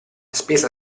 spesa